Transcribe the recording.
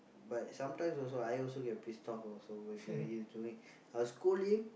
but sometimes also I also get pissed off also with uh his doing I'll scold him